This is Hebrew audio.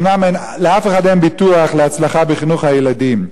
אומנם לאף אחד אין ביטוח להצלחה בחינוך הילדים,